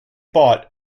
bought